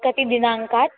कति दिनाङ्कात्